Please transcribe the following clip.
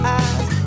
eyes